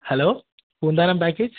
hello Poonthanam package